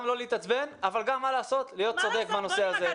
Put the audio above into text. גם לא להתעצבן אבל גם להיות צודק בנושא הזה.